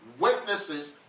witnesses